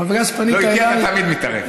איתי אתה תמיד מתערב.